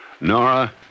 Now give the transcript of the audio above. Nora